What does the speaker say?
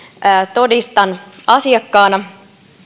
todistan asiakkaana